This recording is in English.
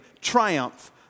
triumph